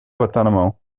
guantanamo